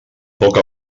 poc